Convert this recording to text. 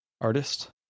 artist